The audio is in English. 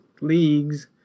leagues